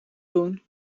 doen